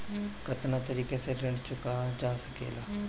कातना तरीके से ऋण चुका जा सेकला?